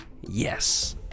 yes